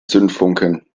zündfunken